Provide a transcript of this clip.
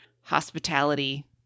hospitality